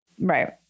Right